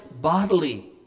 bodily